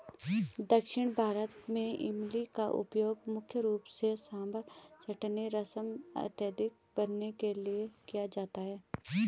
दक्षिण भारत में इमली का उपयोग मुख्य रूप से सांभर चटनी रसम इत्यादि बनाने के लिए किया जाता है